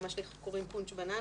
מה שאנחנו קוראים פונץ'-בננה.